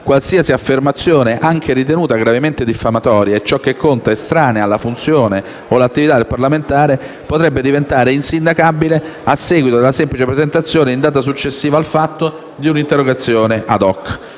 qualsiasi affermazione, anche ritenuta gravemente diffamatoria e - ciò che conta - estranea alla funzione od all'attività parlamentare, potrebbe diventare insindacabile a seguito della semplice presentazione in data successiva al fatto di un'interrogazione *ad hoc*».